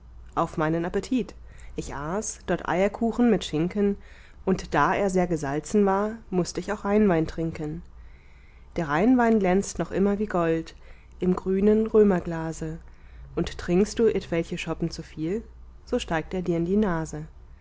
auf meinen appetit ich aß dort eierkuchen mit schinken und da er sehr gesalzen war mußt ich auch rheinwein trinken der rheinwein glänzt noch immer wie gold im grünen römerglase und trinkst du etwelche schoppen zuviel so steigt er dir in die nase